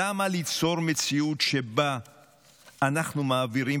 למה ליצור מציאות שבה אנחנו מעבירים,